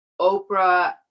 Oprah